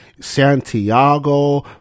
Santiago